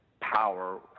power